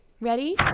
Ready